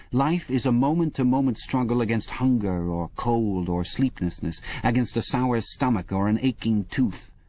life is a moment-to-moment struggle against hunger or cold or sleeplessness, against a sour stomach or an aching tooth.